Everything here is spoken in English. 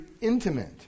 intimate